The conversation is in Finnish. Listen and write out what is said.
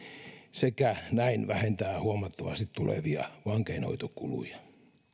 sekä näin vähentää huomattavasti tulevia vankeinhoitokuluja